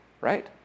right